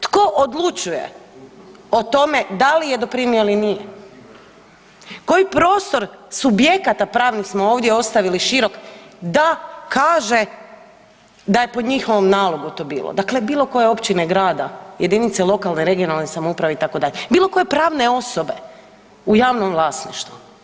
Tko odlučuje o tome da li je doprinio ili nije, koji prostro subjekata pravnih smo ovdje ostavili širok da kaže da je po njihovom to nalogu bilo, dakle bilo koje općine ili grada jedinice lokalne, regionalne samouprave itd., bilo koje pravne osobe u javnom vlasništvu.